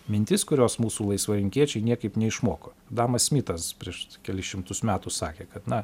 mintis kurios mūsų laisvarinkiečiai niekaip neišmoko adamas smitas prieš kelis šimtus metų sakė kad na